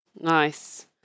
Nice